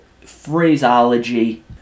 phraseology